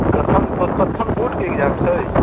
कखन तऽ कखन बोर्डके एक्जाम छै